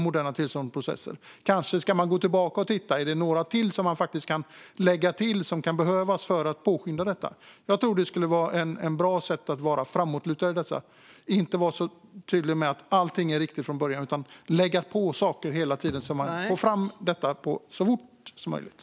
Man ska kanske gå tillbaka och se om det finns ytterligare förslag som behöver läggas till för att kunna påskynda det hela. Det vore ett bra sätt för att vara framåtlutad. Man behöver inte tänka att allt ska vara riktigt från början, utan man kan hela tiden lägga på saker så att man får fram det här så fort som möjligt.